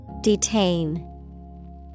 Detain